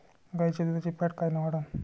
गाईच्या दुधाची फॅट कायन वाढन?